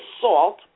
salt